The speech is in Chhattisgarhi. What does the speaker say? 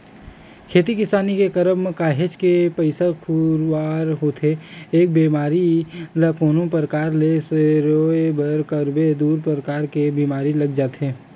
खेती किसानी के करब म काहेच के पइसा खुवार होथे एक बेमारी ल कोनो परकार ले सिरोय बर करबे दूसर परकार के बीमारी लग जाथे